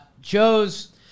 Joe's